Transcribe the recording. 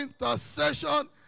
intercession